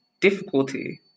difficulty